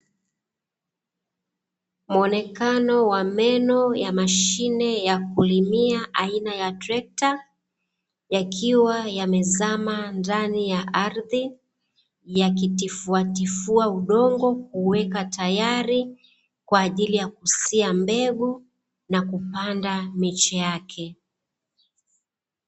Muonekano wa meno ya mashine ya kulimia aina ya trekta, yakiwa yamezama ndani ya ardhi yakitifuatifua udongo kuweka tayari kwa ajili ya kusia mbegu na kupanda miche yake.